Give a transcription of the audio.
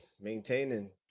Maintaining